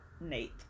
Nate